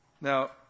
Now